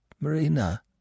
Marina